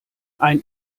ein